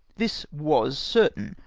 this was certain,